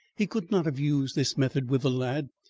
he could not have used this method with the lad,